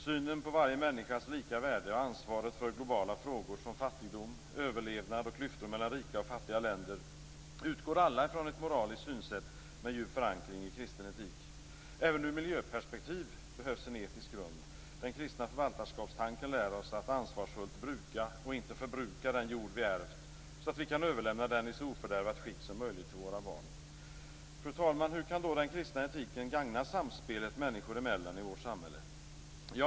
Synen på varje människas lika värde och ansvaret för globala frågor som fattigdom, överlevnad och klyftor mellan rika och fattiga länder utgår från ett moraliskt synsätt med djup förankring i kristen etik. Även ur miljöperspektiv behövs en etisk grund. Den kristna förvaltarskapstanken lär oss att ansvarsfullt bruka och inte förbruka den jord vi ärvt, så att vi kan överlämna den i så ofördärvat skick som möjligt till våra barn. Fru talman! Hur kan då den kristna etiken gagna samspelet människor emellan i vårt samhälle?